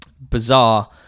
Bizarre